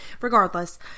regardless